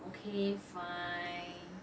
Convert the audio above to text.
okay fine